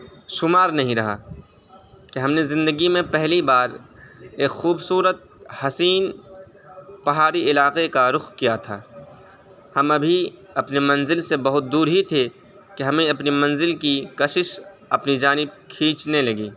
شمار نہیں رہا کہ ہم نے زندگی میں پہلی بار ایک خوبصورت حسین پہاڑی علاقے کا رخ کیا تھا ہم ابھی اپنی منزل سے بہت دور ہی تھے کہ ہمیں اپنی منزل کی کشش اپنی جانب کھینچنے لگی